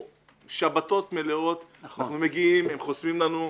שבתות מלאות אנחנו מגיעים, הם חוסמים לנו,